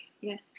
yes